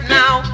now